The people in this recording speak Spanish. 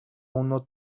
uno